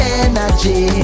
energy